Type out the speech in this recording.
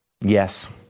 yes